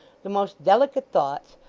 the most delicate thoughts,